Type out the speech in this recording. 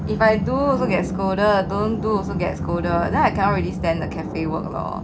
if I do also get scolded don't do also get scolded then I cannot really stand the cafe work lor